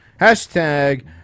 Hashtag